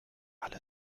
alle